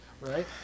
Right